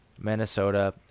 Minnesota